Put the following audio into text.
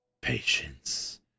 Patience